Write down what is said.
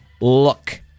Look